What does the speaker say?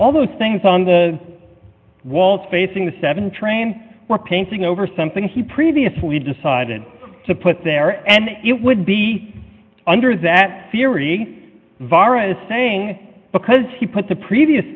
all those things on the walls facing the seven train were painting over something he previously decided to put there and it would be under that virus saying because he put the previous